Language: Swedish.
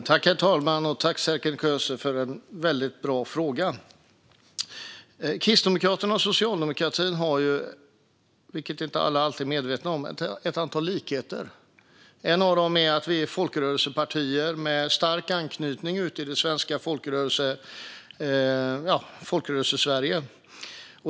Herr talman! Tack, Serkan Köse, för en väldigt bra fråga! Kristdemokraterna och Socialdemokraterna har, vilket inte alla alltid är medvetna om, ett antal likheter. En av dem är att vi är folkrörelsepartier med stark anknytning ute i Folkrörelsesverige.